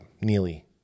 Neely